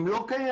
הם לא קיימים,